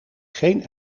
geen